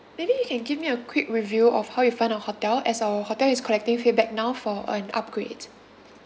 maybe you can give me a quick review of how you find our hotel as our hotel is collecting feedback now for an upgrade